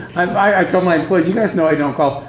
i told my employees, you guys know i don't golf.